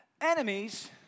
enemies